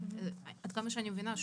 עד כמה שאני מבינה,